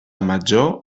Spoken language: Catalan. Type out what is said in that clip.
major